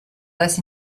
less